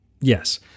yes